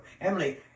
Emily